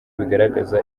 biragaragaza